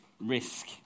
risk